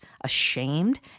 ashamed